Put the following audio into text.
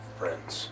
friends